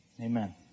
Amen